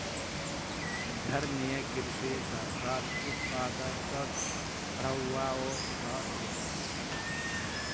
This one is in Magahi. धारणिये कृषि स खाद्य उत्पादकक बढ़ववाओ ह छेक